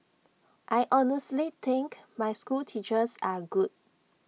I honestly think my schoolteachers are good